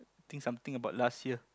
think something about last year